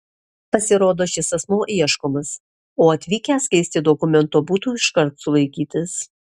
pasirodo šis asmuo ieškomas o atvykęs keisti dokumento būtų iškart sulaikytas